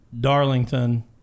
Darlington